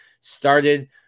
Started